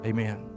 Amen